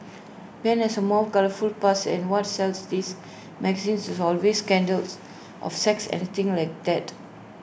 Ben has A more colourful past and what sells these magazines is always scandals of sex anything like that